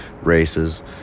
races